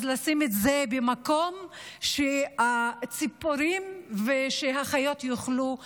אז לשים את זה במקום שהציפורים והחיות יוכלו לאכול.